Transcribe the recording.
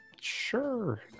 Sure